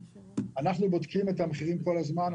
אנחנו בודקים את המחירים כל הזמן.